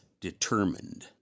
determined